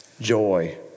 joy